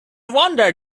wonder